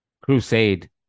crusade